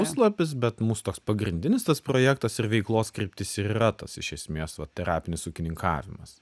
puslapis bet mūsų toks pagrindinis tas projektas ir veiklos kryptis ir yra tas iš esmės vat terapinis ūkininkavimas